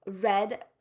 red